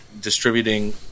distributing